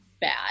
bad